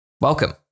Welcome